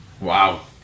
Wow